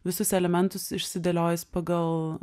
visus elementus išsidėliojęs pagal